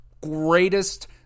greatest